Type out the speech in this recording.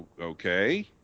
Okay